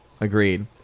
Agreed